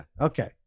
Okay